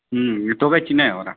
হুম তোকে চিনে ওরা